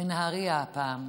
בנהריה הפעם.